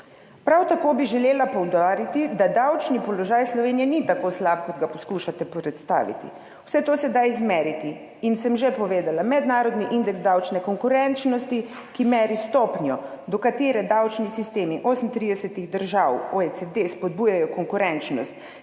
Prav tako bi želela poudariti, da davčni položaj Slovenije ni tako slab, kot ga poskušate predstaviti. Vse to se da izmeriti. In sem že povedala, da mednarodni indeks davčne konkurenčnosti, ki meri stopnjo, do katere davčni sistemi 38 držav OECD spodbujajo konkurenčnost